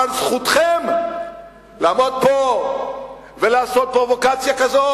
אבל זכותכם לעמוד פה ולעשות פרובוקציה כזאת